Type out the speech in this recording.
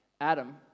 Adam